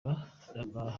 mahamat